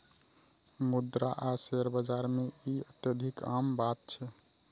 मुद्रा आ शेयर बाजार मे ई अत्यधिक आम बात छै